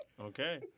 Okay